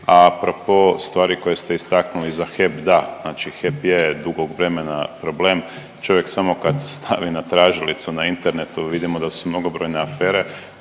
A propos stvari koje ste istaknuli za HEP, da, znači HEP je dugo vremena problem, čovjek samo kad stavi na tražilicu na internetu vidimo da su brojne afere,